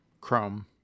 Chrome